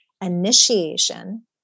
initiation